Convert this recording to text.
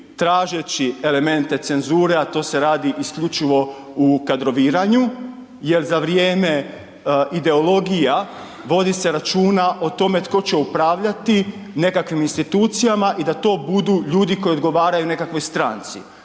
tražeći elemente cenzure a to se radi isključivo u kadroviranju jer za vrijeme ideologija vodi se računa o tome tko će upravljati nekakvim institucijama i da to budu ljudi koji odgovaraju nekakvoj stranci.